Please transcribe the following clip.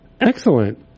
Excellent